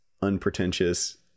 unpretentious